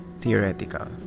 theoretical